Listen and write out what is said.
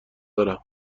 دارم